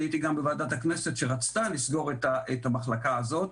אני הייתי בוועדת הכנסת שרצתה לסגור את המחלקה הזאת,